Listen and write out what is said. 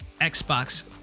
Xbox